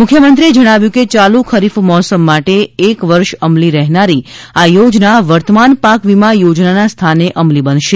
મુખ્યમંત્રીએ જણાવ્યું કે યાલુ ખરીફ મોસમ માટે એક વર્ષ અમલી રહેનારી આ યોજના વર્તમાન પાક વીમા યોજનાના સ્થાને અમલી બનશે